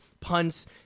punts